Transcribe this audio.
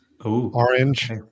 orange